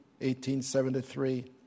1873